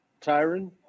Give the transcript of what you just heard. Tyron